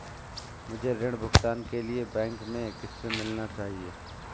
मुझे ऋण भुगतान के लिए बैंक में किससे मिलना चाहिए?